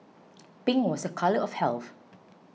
pink was a colour of health